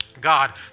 God